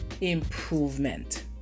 improvement